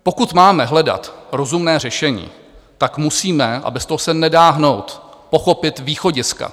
Pokud máme hledat rozumné řešení, tak musíme a bez toho se nedá hnout pochopit východiska.